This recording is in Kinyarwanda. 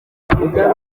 kugeza